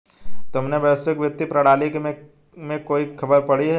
तुमने वैश्विक वित्तीय प्रणाली के बारे में कोई खबर पढ़ी है?